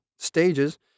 stages